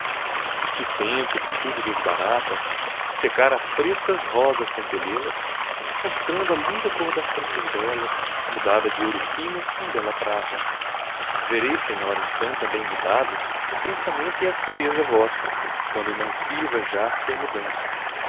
e se o tempo que tudo desbarata secar as frescas rosas sem colhê las mostrando a linda cor das tranças belas mudada de ouro fino em bela prata vereis senhora então também mudado o pensamento e aspereza vossa quando não sirva já sua mudança